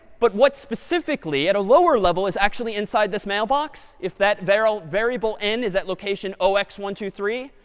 but what specifically, at a lower level, is actually inside this mailbox if that variable variable n is at location zero x one two three?